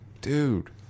dude